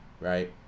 right